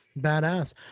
Badass